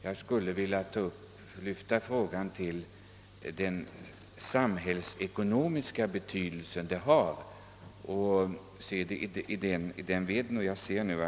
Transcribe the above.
Jag skulle vilja lyfta frågan till den samhällsekonomiska betydelse den har och försöka betrakta den i den delen.